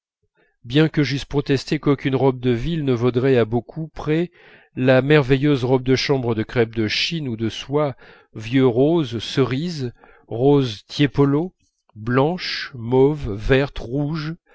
bien que j'eusse protesté qu'aucune robe de ville ne vaudrait à beaucoup près la merveilleuse robe de chambre de crêpe de chine ou de soie vieux rose cerise rose tiepolo blanche mauve verte rouge